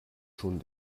schon